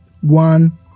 one